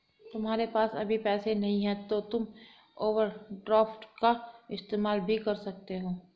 तुम्हारे पास अभी पैसे नहीं है तो तुम ओवरड्राफ्ट का इस्तेमाल भी कर सकते हो